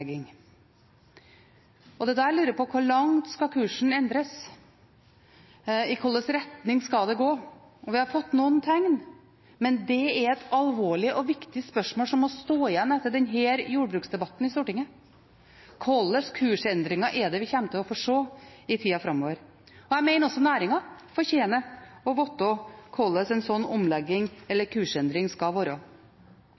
en kursomlegging. Det er da jeg lurer på: Hvor langt skal kursen endres? I hvilken retning skal det gå? Vi har fått noen tegn, men det er et alvorlig og viktig spørsmål som må stå igjen etter denne jordbruksdebatten i Stortinget: Hvilke kursendringer kommer vi til å få se i tida framover? Jeg mener at også næringen fortjener å vite hvorledes en slik omlegging